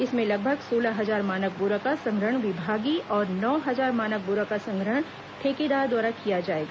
इसमें लगभग सोलह हजार मानक बोरा का संग्रहण विभागीय और नौ हजार मानक बोरा का संग्रहण ठेकेदार द्वारा किया जाएगा